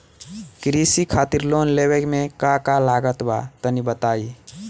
कृषि खातिर लोन लेवे मे का का लागत बा तनि बताईं?